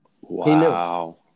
Wow